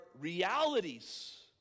realities